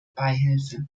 beihilfe